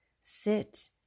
Sit